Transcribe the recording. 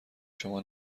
شما